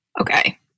Okay